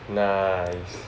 nice